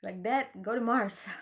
like dad go to mars